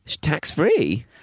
tax-free